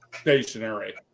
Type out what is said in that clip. stationary